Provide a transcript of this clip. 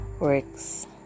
works